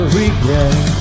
regret